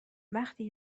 وقتی